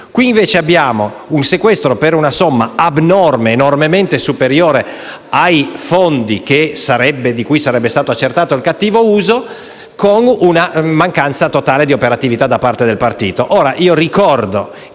caso in esame abbiamo un sequestro per una somma enormemente superiore ai fondi di cui sarebbe stato accertato il cattivo uso con una mancanza totale di operatività da parte del partito.